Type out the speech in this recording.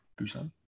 Busan